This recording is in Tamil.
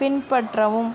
பின்பற்றவும்